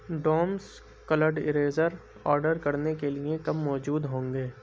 ڈومس coloured eraser order کرنے کے لیے کب موجود ہوں گے